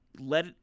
let